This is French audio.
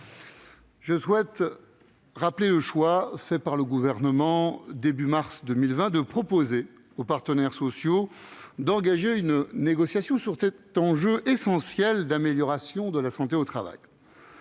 Je souhaite rappeler le choix réalisé par le Gouvernement, au début du mois de mars 2020, de proposer aux partenaires sociaux d'engager une négociation sur cet enjeu essentiel d'amélioration de la santé au travail.